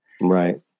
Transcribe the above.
Right